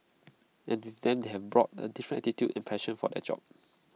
and with them they have brought A different attitude and passion for their job